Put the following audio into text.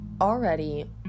already